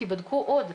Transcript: תיבדקו עוד,